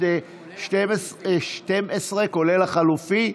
כולל לחלופין?